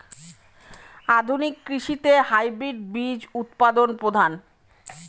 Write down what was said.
আধুনিক কৃষিতে হাইব্রিড বীজ উৎপাদন প্রধান